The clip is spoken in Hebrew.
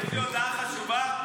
יש לי הודעה חשובה.